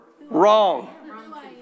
Wrong